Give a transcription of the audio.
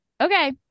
okay